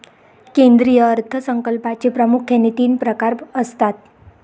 केंद्रीय अर्थ संकल्पाचे प्रामुख्याने तीन प्रकार असतात